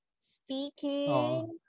Speaking